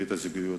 ברית הזוגיות,